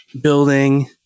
building